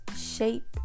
shape